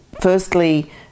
firstly